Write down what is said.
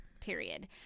period